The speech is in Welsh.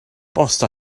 bost